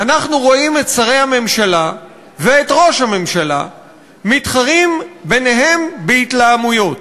אנחנו רואים את שרי הממשלה ואת ראש הממשלה מתחרים ביניהם בהתלהמויות,